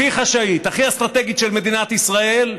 הכי חשאית, הכי אסטרטגית של מדינת ישראל.